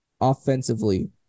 offensively